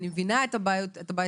אני מבינה את הבעייתיות,